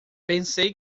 pensei